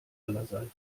allerseits